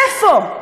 איפה?